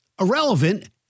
irrelevant